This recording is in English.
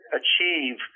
achieve